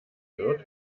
wird